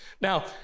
now